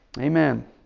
Amen